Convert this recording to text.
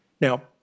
Now